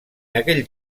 aquells